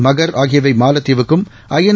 மக் ஆகியவை மாலத்தீவுக்கும் ஐஎன்